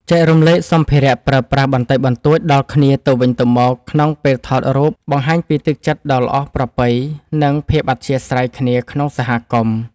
ចែករំលែកសម្ភារៈប្រើប្រាស់បន្តិចបន្តួចដល់គ្នាទៅវិញទៅមកក្នុងពេលថតរូបបង្ហាញពីទឹកចិត្តដ៏ល្អប្រពៃ និង ភាពអធ្យាស្រ័យគ្នាក្នុងសហគមន៍។